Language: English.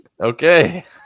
Okay